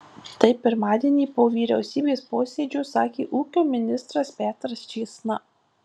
tai pirmadienį po vyriausybės posėdžio sakė ūkio ministras petras čėsna